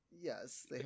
Yes